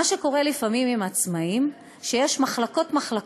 מה שקורה לפעמים עם העצמאים, שיש מחלקות-מחלקות,